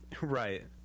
Right